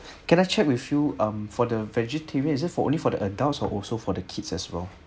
can I check with you um for the vegetarian is it for only for the adults are also for the kids as well